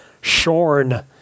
Shorn